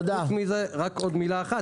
פרט לכך,